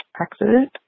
accident